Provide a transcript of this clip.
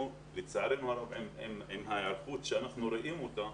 לצערנו הרב עם ההיערכות שאנחנו רואים אותה,